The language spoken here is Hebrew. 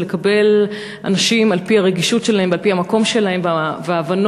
ועלינו לקבל אנשים על-פי הרגישות שלהם ועל-פי המקום שלהם וההבנות